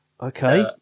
Okay